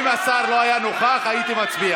אם השר לא היה נוכח, הייתי מצביע.